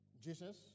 Jesus